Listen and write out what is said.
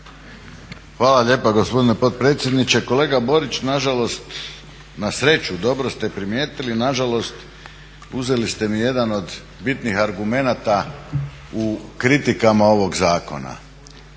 Hvala lijepa gospodine potpredsjedniče. Kolega Borić, nažalost, na sreću dobro ste primijetili nažalost uzeli ste mi jedan od bitnih argumenata u kritikama ovog zakona.